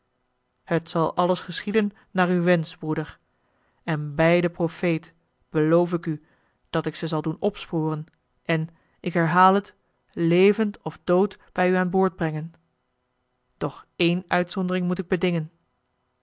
het zal alles geschieden naar uw wensch broeder en bij den profeet beloof ik u dat ik ze zal doen opsporen en ik herhaal het levend of dood bij u aan boord brengen doch één uitzondering moet ik bedingen